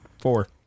Four